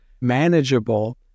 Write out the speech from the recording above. manageable